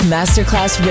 Masterclass